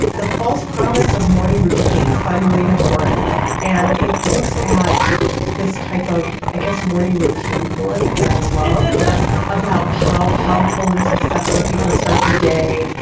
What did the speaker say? the false promise of morning routines by marina and it looks at this type of, i guess, morning routine porn that i love about how powerful and successful people start the day.